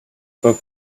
book